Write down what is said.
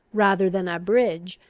rather than abridge,